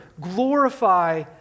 glorify